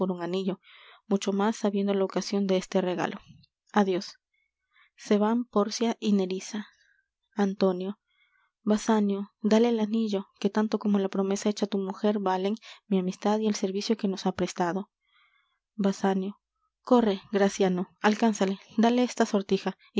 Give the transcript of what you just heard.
mucho más sabiendo la ocasion de este regalo adios se van pórcia y nerissa antonio basanio dale el anillo que tanto como la promesa hecha á tu mujer valen mi amistad y el servicio que nos ha prestado basanio corre graciano alcánzale dale esta sortija